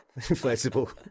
inflatable